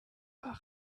waren